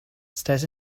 stares